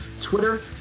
Twitter